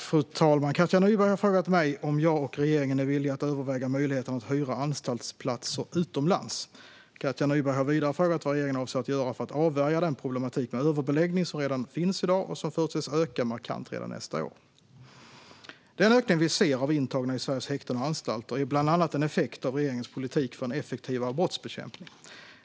Fru ålderspresident! Katja Nyberg har frågat mig om jag och regeringen är villiga att överväga möjligheten att hyra anstaltsplatser utomlands. Katja Nyberg har vidare frågat vad regeringen avser att göra för att avvärja den problematik med överbeläggning som redan finns i dag och som förutses öka markant redan nästa år. Den ökning vi ser av intagna i Sveriges häkten och anstalter är bland annat en effekt av regeringens politik för effektivare brottsbekämpning.